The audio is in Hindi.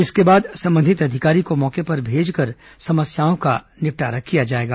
इसके बाद संबंधित अधिकारी को मौके पर भेजकर समस्याओं का निपटारा किया जाएगा